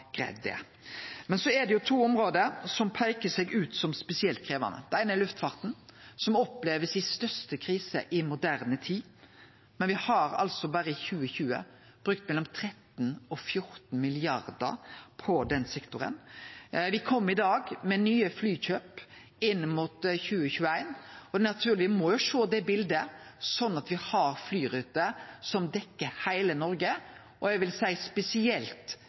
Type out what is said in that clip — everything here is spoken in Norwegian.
greidd det. Men så er det to område som peiker seg ut som spesielt krevjande. Det eine er luftfarten, som opplever si største krise i moderne tid. Me har berre i 2020 brukt mellom 13 og 14 mrd. kr på den sektoren. Me kom i dag med nye flykjøp inn mot 2021. Og me må jo sjå det bildet, sånn at me har flyruter som dekkjer heile Noreg, og eg vil seie spesielt